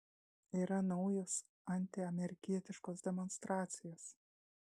yra naujos antiamerikietiškos demonstracijos